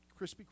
Krispy